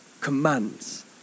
commands